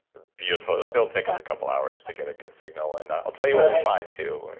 beautiful. it will take us a couple of hours to get a good signal and i'll tell you what we find too.